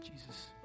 Jesus